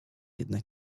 jednak